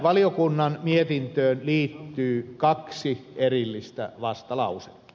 valiokunnan mietintöön liittyy kaksi erillistä vastalausetta